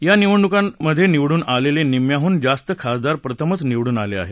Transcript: या निवडणूकांमधे निवडून आलेले निम्म्याहनू जास्त खासदार प्रथमच निवडून आले आहेत